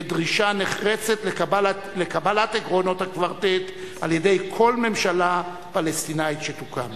ודרישה נחרצת לקבלת עקרונות הקוורטט על-ידי כל ממשלה פלסטינית שתוקם.